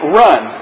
run